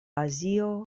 azio